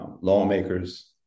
lawmakers